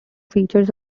features